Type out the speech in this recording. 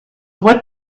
what